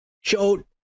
showed